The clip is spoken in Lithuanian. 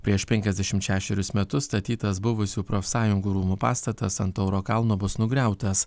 prieš penkiasdešimt šešerius metus statytas buvusių profsąjungų rūmų pastatas ant tauro kalno bus nugriautas